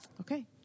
okay